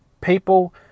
people